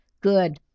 Good